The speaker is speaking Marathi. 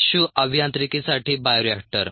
टिश्शू अभियांत्रिकीसाठी बायोरिएक्टर